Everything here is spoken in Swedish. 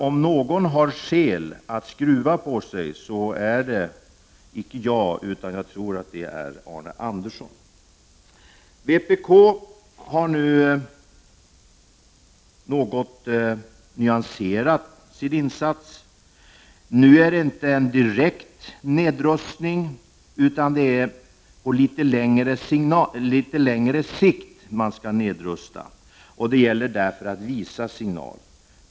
Om någon har skäl att skruva på sig, så är det icke jag utan Arne Andersson. Vpk har nu något nyanserat sin insats. Nu talas det inte om en direkt nedrustning, utan om att man skall nedrusta på litet längre sikt. Därför gäller det att visa signal.